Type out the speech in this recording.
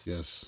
Yes